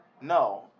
No